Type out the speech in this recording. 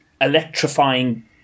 electrifying